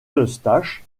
eustache